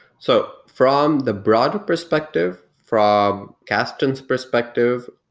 so from the broad perspective, from kasten's perspective,